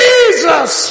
Jesus